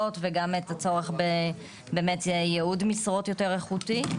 וגם את הצורך בייעוד משרות יותר איכותיות.